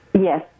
Yes